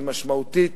היא משמעותית,